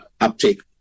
uptake